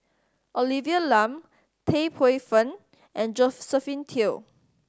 Olivia Lum Tan Paey Fern and Josephine Teo